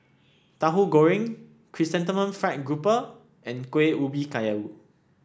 Tahu Goreng Chrysanthemum Fried Grouper and Kuih Ubi Kayu